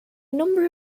number